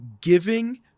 giving